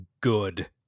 good